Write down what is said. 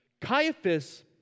Caiaphas